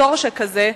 בתור שכזה,